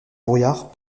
brouillard